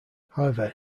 however